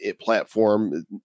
platform